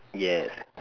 yes